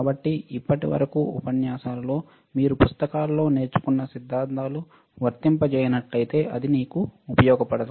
కాబట్టి ఇప్పటివరకు ఉపన్యాసాలలో మీరు పుస్తకాలలో నేర్చుకున్న సిద్ధాంతాలు వర్తింపచేయనట్లయితే అది నీకు ఉపయోగపడదు